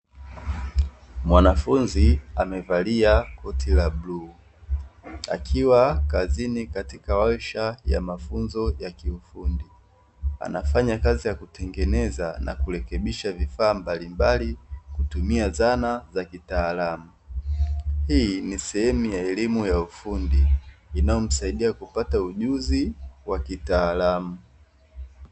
Mwanafunzi amevalia koti la bluu akiwa kazini katika warsha ya mafunzo ya kiufundi, anafanya kazi ya kutengeneza na kurekebisha vifaa mbalimbali kutumia zana za kitaalamu, hii ni sehemu ya elimu ya ufundi inayomsaidia kupata ujuzi wa kitaalamu.